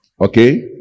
Okay